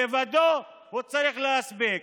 לבדו הוא צריך להספיק.